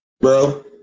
bro